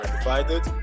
divided